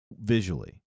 Visually